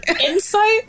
insight